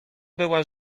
była